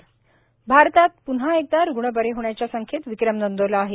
देश कोरोना भारतात पृन्हा एकदा रुग्ण बरे होण्याच्या संख्येत विक्रम नोंदवला आहे